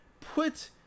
put